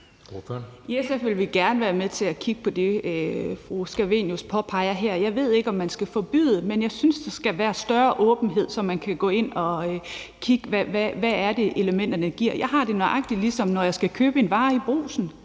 I SF vil vi gerne være med til at kigge på det, fru Theresa Scavenius påpeger her. Jeg ved ikke, om man skal forbyde det, men jeg synes, at der skal være større åbenhed, så man kan gå ind og kigge på, hvad det er, elementerne giver. Jeg har det nøjagtig på samme måde, når jeg skal købe en vare i Brugsen,